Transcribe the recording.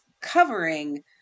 covering